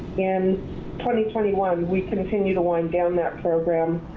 in twenty, twenty one, we continue to wind down that program,